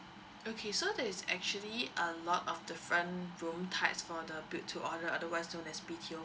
okay so there's actually a lot of different room types for the build to order otherwise known as B_T_O